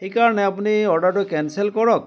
সেইকাৰণে আপুনি অৰ্ডাৰটো কেন্ছেল কৰক